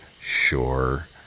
sure